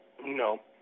No